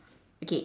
okay